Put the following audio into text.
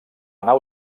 nau